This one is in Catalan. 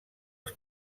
els